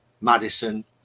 Madison